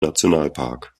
nationalpark